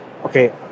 okay